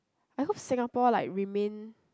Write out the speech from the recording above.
I hope Singapore like remain